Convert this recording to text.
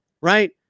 Right